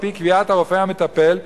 על-פי קביעת הרופא המטפל,